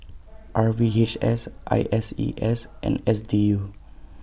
R V H S I S E A S and S D U